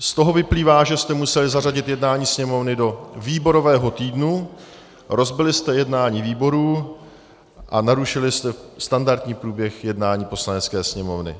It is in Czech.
Z toho vyplývá, že jste museli zařadit jednání Sněmovny do výborového týdnu, rozbili jste jednání výborů a narušili jste standardní průběh jednání Poslanecké sněmovny.